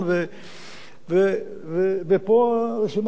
ופה הרשימה הזאת נפסקת.